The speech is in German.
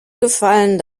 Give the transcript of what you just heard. gefallen